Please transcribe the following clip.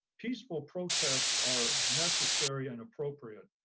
peaceful protests are necessary and appropriate,